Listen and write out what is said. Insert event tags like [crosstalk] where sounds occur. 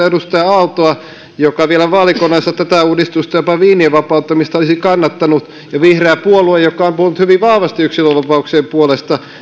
[unintelligible] edustaja aaltoa joka vielä vaalikoneessa tätä uudistusta ja jopa viinien vapauttamista olisi kannattanut ja sitten vihreä puolue joka on puhunut hyvin vahvasti yksilönvapauksien puolesta